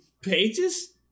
pages